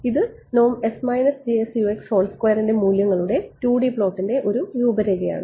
ഇത് ൻറെ മൂല്യങ്ങളുടെ 2 D പ്ലോട്ടിൻറെ ഒരു രൂപരേഖയാണ്